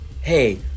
Hey